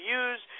use